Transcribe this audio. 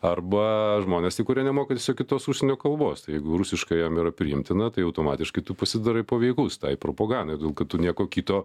arba žmonės tie kurie nemoka tiesiog kitos užsienio kalbos tai jeigu rusiškai jam yra priimtina tai automatiškai tu pasidarai paveikus tai propagandai todėl kad tu nieko kito